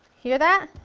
hear that?